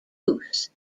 goose